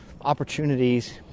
opportunities